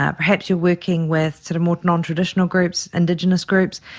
ah perhaps you are working with sort of more non-traditional groups, indigenous groups,